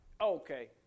Okay